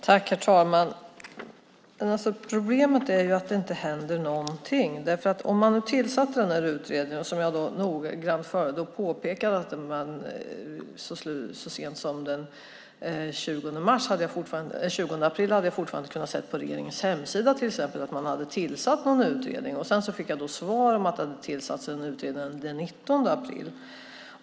Herr talman! Problemet är att det inte händer någonting. Som jag noggrant påpekade hade jag så sent som den 20 april fortfarande inte kunnat se på regeringens hemsida att man hade tillsatt någon utredning. Sedan fick jag svaret att det hade tillsatts en utredning den 19 april.